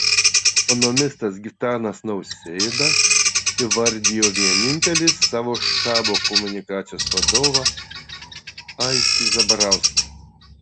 ekonomistas gitanas nausėda įvardijo vienintelį savo štabo komunikacijos vadovą aistį zabarauską